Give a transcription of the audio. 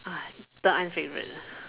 ah third aunt favourite ah